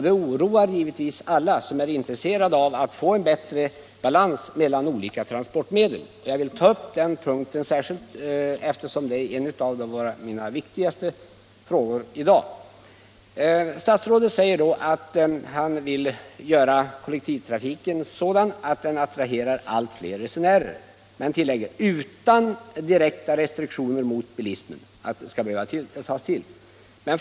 Det oroar givetvis alla som är intresserade av att få bättre balans mellan olika transportmedel. Jag vill ta upp den punkten särskilt, eftersom den gäller en av mina viktigaste frågor i dag. Statsrådet säger att han vill göra kollektivtrafiken sådan att den attraherar allt fler resenärer, men han tillägger: ”utan att direkta restriktioner mot bilismen skall behöva tillgripas”.